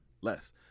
less